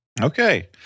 Okay